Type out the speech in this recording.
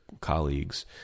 colleagues